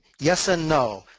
yes and no.